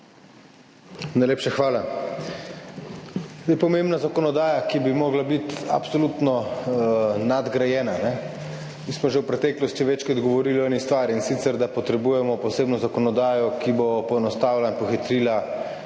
Najlepša hvala. Pomembna zakonodaja, ki bi morala biti absolutno nadgrajena, mi smo že v preteklosti večkrat govorili o eni stvari, in sicer da potrebujemo posebno zakonodajo, ki bo poenostavila in pohitrila